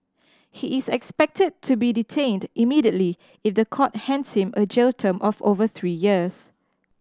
he is expected to be detained immediately if the court hands him a jail term of over three years